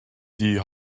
die